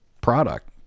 product